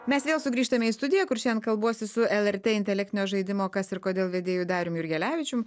mes vėl sugrįžtame į studiją kur šiandien kalbuosi su lrt intelektinio žaidimo kas ir kodėl vedėju darium jurgelevičium